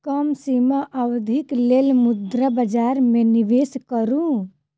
कम सीमा अवधिक लेल मुद्रा बजार में निवेश करू